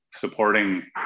supporting